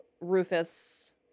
Rufus